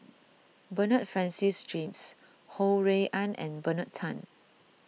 Bernard Francis James Ho Rui An and Bernard Tan